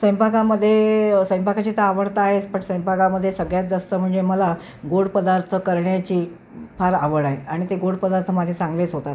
सैंपाकामधे सैंपाकाची तर आवड तर आहेच पण सैंपाकामध्ये सगळ्यात जास्त म्हणजे मला गोड पदार्थ करण्याची फार आवड आहे आणि ते गोड पदार्थ माझे चांगलेच होतात